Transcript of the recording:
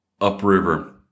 upriver